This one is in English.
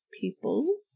people